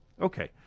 Okay